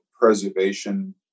preservation